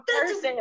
person